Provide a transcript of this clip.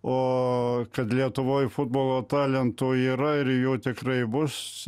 o kad lietuvoj futbolo talentų yra ir jų tikrai bus